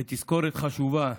ותזכורת חשובה,